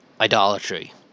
idolatry